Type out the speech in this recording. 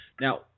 Now